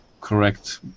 correct